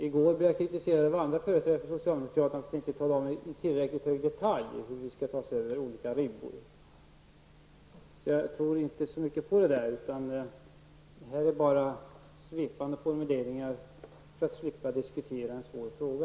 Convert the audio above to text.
I går blev jag kritiserad av andra företrädare för socialdemokratin för att inte tillräckligt i detalj tala om hur vi skall ta oss över olika ribbor. Jarl Lander hade mest svepande formuleringar för att slippa diskutera en svår fråga.